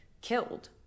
killed